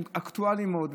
הם אקטואליים מאוד.